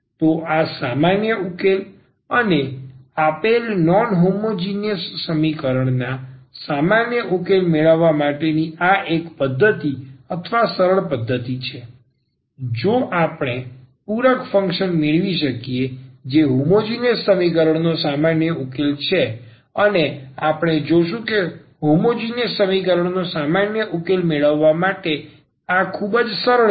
તો આ સામાન્ય ઉકેલ અને આપેલ નોન હોમોજીનીયસ સમીકરણના સામાન્ય ઉકેલ મેળવવા માટેની આ એક પદ્ધતિ અથવા સરળ પદ્ધતિ છે જો આપણે આ પૂરક ફંક્શન મેળવી શકીએ જે હોમોજીનીયસ સમીકરણનો સામાન્ય ઉકેલ છે અને આપણે જોશું કે હોમોજીનીયસ સમીકરણનો સામાન્ય ઉકેલ મેળવવા માટે આ ખૂબ જ સરળ છે